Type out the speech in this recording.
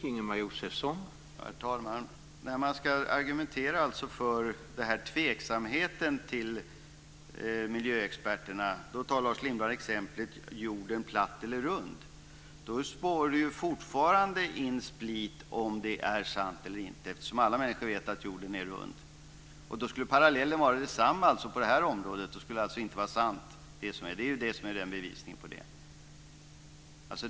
Herr talman! När Lars Lindblad ska argumentera för tveksamheten till miljöexperterna tar han exemplet från den tiden när man diskuterade om jorden var platt eller rund. Då sår han fortfarande split. Alla människor vet ju att jorden är rund. Parallellen på det här området skulle då närmast vara att det inte är sant. Det är det som är beviset för det.